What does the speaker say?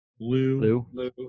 Lou